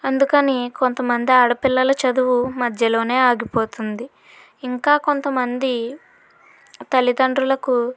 అందుకని కొంతమంది ఆడపిల్లల చదువు మధ్యలోనే ఆగిపోతుంది ఇంకా కొంత మంది తల్లితండ్రులకు